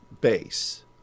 base